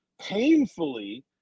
painfully